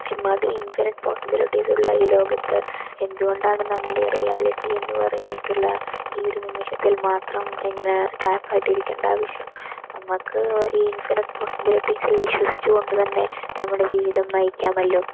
ഇമ്മാതിരി infinite possibilities ഉള്ള ഈ ലോകത്ത് എന്തുകൊണ്ടാണ് നമ്മൾ ഈ റിയാലിറ്റി എന്നുപറഞ്ഞിട്ടുള്ള ഈ ഒരു നിമിഷത്തിൽ മാത്രം ഇങ്ങനെ ട്രാപ് ആയി ഇരിക്കേണ്ട ആവശ്യം നമുക്ക് ഈ ഇൻഫിനിറ്റ് പോസിബിലിറ്റീസിൽ വിശ്വസിച്ചു കൊണ്ടുതന്നെ നമ്മളുടെ ജീവിതം നയിക്കാമല്ലോ